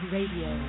Radio